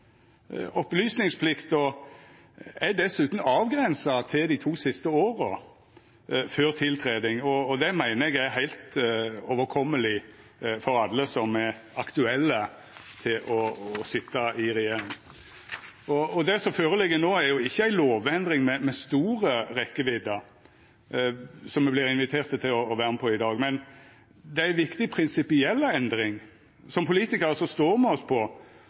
Opplysningsplikta er dessutan avgrensa til dei to siste åra før tiltreding, og det meiner eg er heilt overkomeleg for alle som er aktuelle til å sitja i regjering. Det som ligg føre no, og som me vert inviterte til å vera med på i dag, er jo ikkje ei lovendring med stor rekkjevidde, men det er ei viktig prinsipiell endring. Som politikarar står me oss på